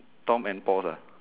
tom and paul uh